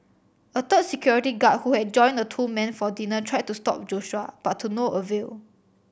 a third security guard who had joined the two men for dinner tried to stop Joshua but to no avail